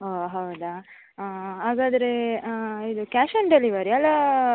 ಓಹ್ ಹೌದಾ ಹಾಗಾದ್ರೆ ಇದು ಕ್ಯಾಶ್ ಆನ್ ಡೆಲಿವರಿ ಅಲ್ಲ